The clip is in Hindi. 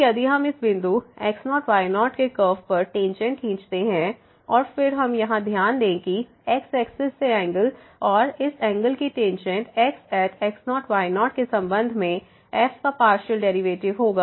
फिर यदि हम इस बिंदु x0 y0 के कर्व पर टेंजेंट खींचते हैं और फिर हम यहां ध्यान दे कि x एक्सिस से एंगल और इस एंगल की tangent x at x0 y0 के संबंध में f का पार्शियल डेरिवेटिव होगा